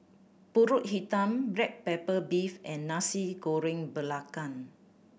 Pulut Hitam black pepper beef and Nasi Goreng Belacan